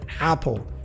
Apple